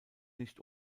nicht